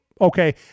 okay